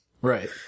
Right